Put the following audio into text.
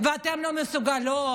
אתן לא מסוגלות,